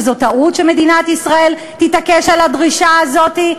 שזאת טעות שמדינת ישראל תתעקש על הדרישה הזאת?